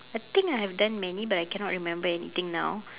I think I have done many but I cannot remember anything now